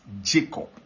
Jacob